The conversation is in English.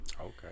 Okay